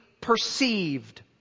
perceived